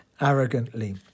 arrogantly